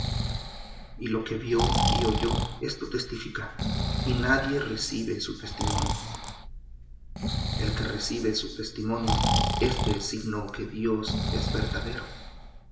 y lo que vió y oyó esto testifica y nadie recibe su testimonio el que recibe su testimonio éste signó que dios es verdadero